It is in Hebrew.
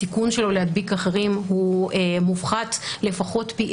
הסיכון שלו להדביק אחרים מופחת לפחות פי